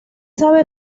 sabe